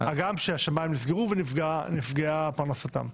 הגם שהשמיים נסגרו ונפגעה פרנסתם.